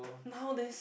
nowadays